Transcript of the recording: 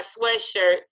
sweatshirt